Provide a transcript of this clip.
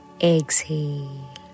Exhale